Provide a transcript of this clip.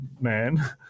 man